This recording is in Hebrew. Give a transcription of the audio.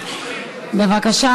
בבקשה,